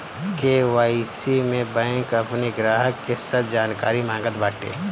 KYC में bank अपनी ग्राहक के सब जानकारी मांगत बाटे